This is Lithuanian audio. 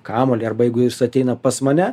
kamuolį arba jeigu jis ateina pas mane